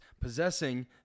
Possessing